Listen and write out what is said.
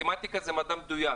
מתמטיקה זה מדע מדויק,